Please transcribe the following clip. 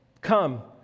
come